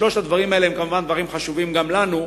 שלושת הדברים האלה הם כמובן חשובים לנו,